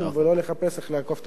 ולא לחפש איך לעקוף את החוק.